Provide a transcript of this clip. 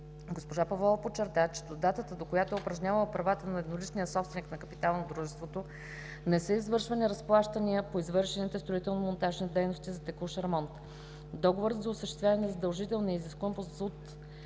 Госпожа Павлова подчерта, че до датата, до която е упражнявала правата на едноличния собственик на капитала на дружеството, не са извършвани разплащания по извършените строително-монтажни дейности за текущ ремонт. Договорът за осъществяване на задължителния и изискуем по